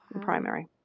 primary